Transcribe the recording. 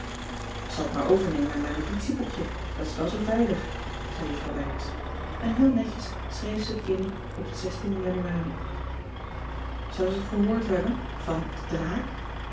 t maar overnemen in mijn notitieboekje dat is wel zoo veilig zei juffrouw wyers en heel netjes schreef ze het in op den anuari ou ze het gehoord hebben van de draak